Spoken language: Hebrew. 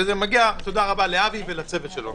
ומגיעה תודה רבה לאבי ולצוות שלו.